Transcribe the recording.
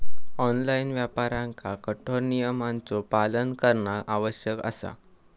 online व्यापाऱ्यांना कठोर नियमांचो पालन करणा आवश्यक असा